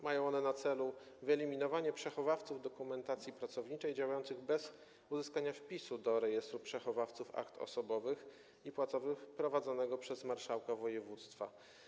Mają one na celu wyeliminowanie przechowawców dokumentacji pracowniczej działających bez uzyskania wpisu do rejestru przechowawców akt osobowych i płacowych prowadzonego przez marszałka województwa.